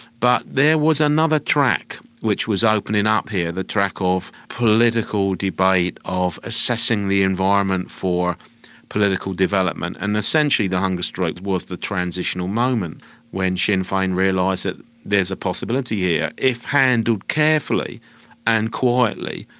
but there was another track which was opening up here, the track of political debate, of assessing the environment for political development, and essentially the hunger strike was the transitional moment when sinn fein realised that there is a possibility here, if handled carefully and quietly,